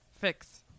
Fix